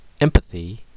empathy